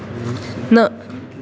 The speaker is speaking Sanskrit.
न